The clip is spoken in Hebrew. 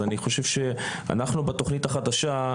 אז אני חושב שאנחנו בתכנית החדשה,